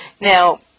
Now